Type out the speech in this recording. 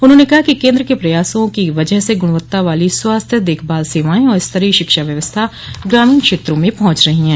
उन्होंने कहा कि केंद्र के प्रयासों की वजह से गुणवत्ता वाली स्वास्थ्य देखभाल सेवाएं और स्तरीय शिक्षा व्यवस्था ग्रामीण क्षेत्रों में पहुंच रही हैं